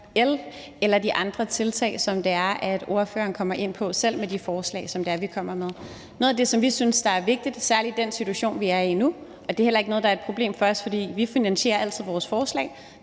el eller de andre ting, som ordføreren kommer ind på, selv med de forslag, som vi kommer med. Noget af det, vi synes er vigtigt i særlig den situation, vi er i nu – det er heller ikke noget, der er et problem for os, for vi finansierer altid vores forslag